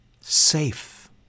safe